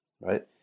right